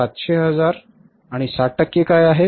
700 हजार आणि 60 टक्के काय आहे